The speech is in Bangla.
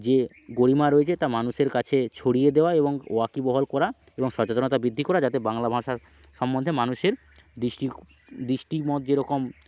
যে গরিমা রয়েছে তা মানুষের কাছে ছড়িয়ে দেওয়া এবং ওয়াকিবহল করা এবং সচেতনতা বৃদ্ধি করা যাতে বাংলা ভাষার সম্বন্ধে মানুষের দৃষ্টি খুব দৃষ্টি মত যেরকম